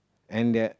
and their